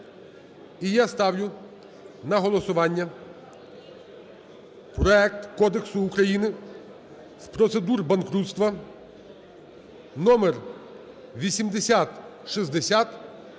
І я ставлю на голосування проект Кодексу України з процедур банкрутства (№ 8060)